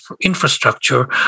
infrastructure